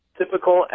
typical